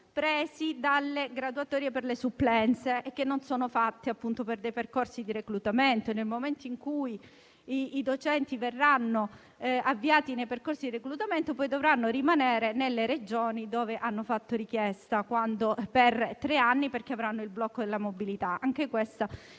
presi dalle graduatorie per le supplenze, che non sono fatte per dei percorsi di reclutamento. Nel momento in cui i docenti verranno avviati nei percorsi di reclutamento, poi dovranno rimanere nelle Regioni dove hanno fatto richiesta per tre anni, perché si vedranno applicato il blocco della mobilità. Anche questa è